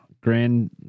Grand